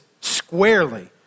squarely